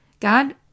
God